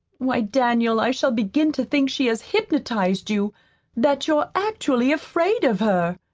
why, daniel, i shall begin to think she has hypnotized you that you're actually afraid of her!